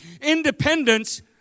independence